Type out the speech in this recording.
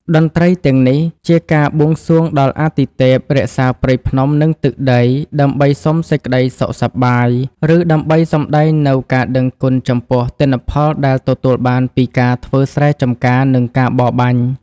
តន្ត្រីទាំងនេះ ជាការបួងសួងដល់អាទិទេពរក្សាព្រៃភ្នំ និងទឹកដី ដើម្បីសុំសេចក្តីសុខសប្បាយ ឬដើម្បីសម្តែងនូវការដឹងគុណចំពោះទិន្នផលដែលទទួលបានពីការធ្វើស្រែចម្ការ និងការបរបាញ់។